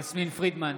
יסמין פרידמן,